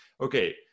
Okay